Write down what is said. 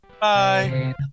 Bye